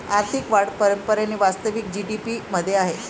आर्थिक वाढ परंपरेने वास्तविक जी.डी.पी मध्ये आहे